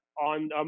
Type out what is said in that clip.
on